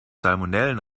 salmonellen